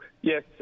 Yes